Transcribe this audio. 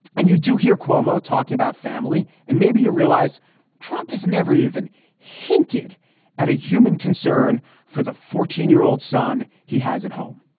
and you do hear cuomo talking about family. and maybe you realize trump has never even hinted at a human concern for the fourteen year old son he has at home.